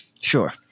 Sure